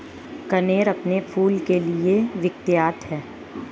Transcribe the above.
कनेर अपने फूल के लिए विख्यात है